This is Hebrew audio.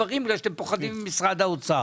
דברים בגלל שאתם פוחדים ממשרד האוצר.